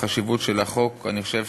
החשיבות של החוק, אני חושב